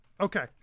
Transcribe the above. Okay